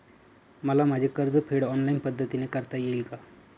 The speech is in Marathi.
मला माझे कर्जफेड ऑनलाइन पद्धतीने करता येईल का?